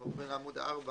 אני עובר לעמוד 4,